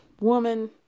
woman